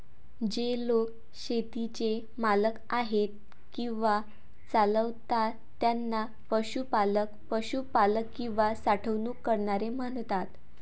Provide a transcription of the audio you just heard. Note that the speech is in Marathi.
जे लोक शेतीचे मालक आहेत किंवा चालवतात त्यांना पशुपालक, पशुपालक किंवा साठवणूक करणारे म्हणतात